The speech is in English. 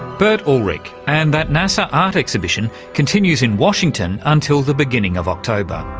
bert ulrich. and that nasa art exhibition continues in washington until the beginning of october.